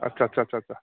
आस्सा आस्सा आस्सा